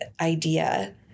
idea